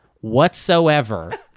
whatsoever